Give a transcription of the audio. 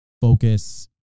focus